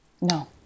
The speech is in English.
no